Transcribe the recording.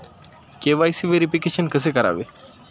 KYC verification कसे करावे?